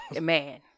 Man